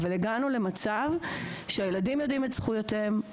הגענו למצב שהילדים יודעים את זכויותיהם,